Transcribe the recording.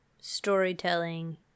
storytelling